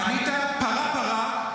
ענית: פרה פרה,